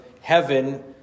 heaven